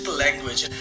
language